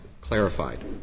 clarified